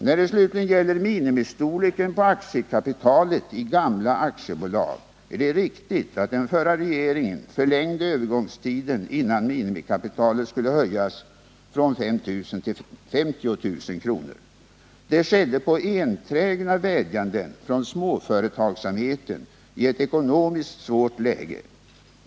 När det slutligen gäller minimistorleken på aktiekapitalet i gamla aktiebolag är det riktigt att den förra regeringen förlängde övergångstiden innan minimikapitalet skulle höjas från 5 000 till 50 000 kr. Det skedde på enträgna vädjanden från småföretagsamheten i ett ekonomiskt svårt läge.